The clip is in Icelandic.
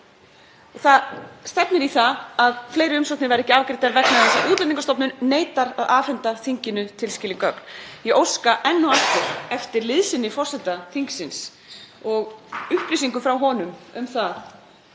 það stefnir í að fleiri umsóknir verði ekki afgreiddar vegna þess að Útlendingastofnun neitar að afhenda þinginu tilskilin gögn. Ég óska enn og aftur eftir liðsinni forseta þingsins og upplýsingum frá honum um það